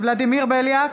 ולדימיר בליאק,